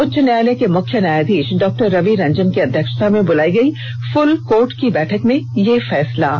उच्च न्यायालय के मुख्य न्यायाधीश डॉक्टर रवि रंजन की अध्यक्षता में बुलाई गई फुल कोर्ट की बैठक में ये फैसला लिया गया